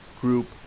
group